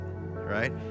Right